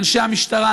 לאנשי המשטרה,